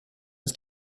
ist